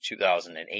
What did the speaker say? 2008